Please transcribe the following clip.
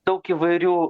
daug įvairių